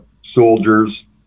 soldiers